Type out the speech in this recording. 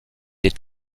est